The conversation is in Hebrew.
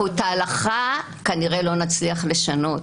את ההלכה אנחנו כנראה לא נצליח לשנות,